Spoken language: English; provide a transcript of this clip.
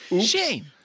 Shame